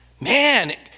Man